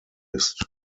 ist